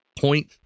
point